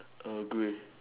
err grey